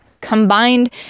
combined